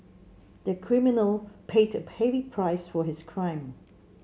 the criminal paid a heavy price for his crime